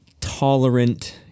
tolerant